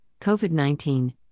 COVID-19